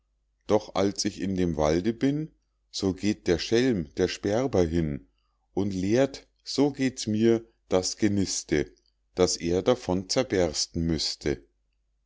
doch als ich in dem walde bin so geht der schelm der sperber hin und leert so geht's mir das geniste daß er davon zerbersten müßte